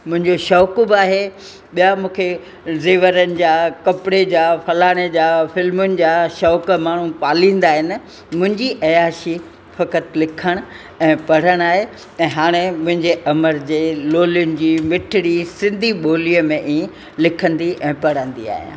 मुंहिंजो शौक़ु बि आहे ॿिया मूंखे ज़ेवरनि जा कपिड़े जा फलाणे जा फ़िल्मुनि जा शौक़ माण्हू पालींदा आहिनि मुंहिंजी अयाशी फ़क़ति लिखणु ऐं पढ़णु आहे ऐं हाणे मुंहिंजे अमर जे लोलियुनि जी मिठिड़ी सिंधी ॿोलीअ में ई लिखंदी ऐं पढ़ंदी आहियां